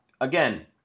again